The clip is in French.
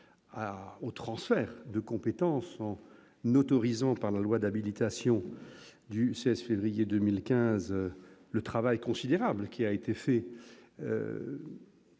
au transfert de compétences en n'autorisant par la loi d'habilitation du 16 février 2015 le travail considérable qui a été fait